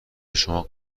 شما